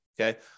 Okay